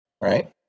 Right